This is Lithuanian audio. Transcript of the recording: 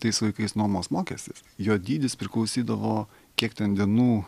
tais laikais nuomos mokestis jo dydis priklausydavo kiek ten dienų